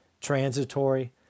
transitory